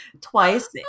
twice